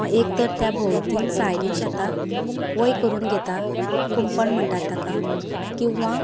एक तर त्या भोंवतीन सायडीन शेताक वय करून घेता कुंपण म्हणटात ताका किंवां